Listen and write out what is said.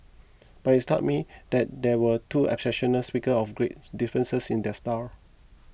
but it struck me that there were two exceptional speaker of great differences in their styles